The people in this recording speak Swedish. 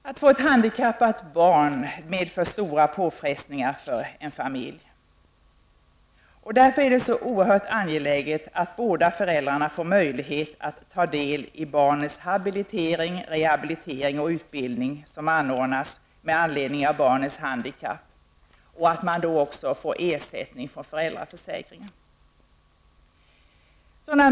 Att få ett handikappat barn medför stora påfrestningar för en familj. Det är därför oerhört angeläget att båda föräldrarna får möjlighet att ta del i den habilitering, rehabilitering och utbildning som anordnas med anledning av barnets handikapp och att de då också får ersättning från föräldraförsäkringen.